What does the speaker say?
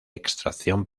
extracción